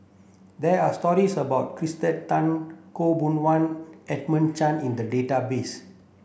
there are stories about Kirsten Tan Khaw Boon Wan and Edmund Chen in the database